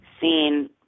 seen